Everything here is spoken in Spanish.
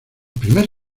primer